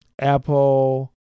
Apple